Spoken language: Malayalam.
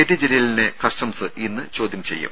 ടി ജലീലിനെ കസ്റ്റംസ് ഇന്ന് ചോദ്യം ചെയ്യും